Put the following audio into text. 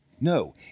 No